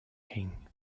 king